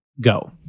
Go